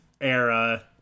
era